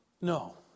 No